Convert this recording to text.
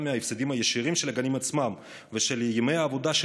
מההפסדים הישירים של הגנים עצמם ושל ימי העבודה של